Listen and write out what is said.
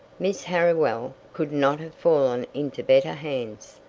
miss harriwell could not have fallen into better hands.